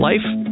Life